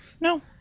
No